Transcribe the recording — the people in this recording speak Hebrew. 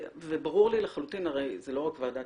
וברור לי לחלוטין הרי זו לא רק ועדת